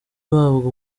uhabwa